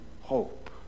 hope